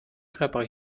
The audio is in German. treppe